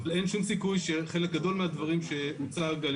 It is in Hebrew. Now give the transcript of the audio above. אבל אין שום סיכוי שחלק גדול מהדברים שהוצג על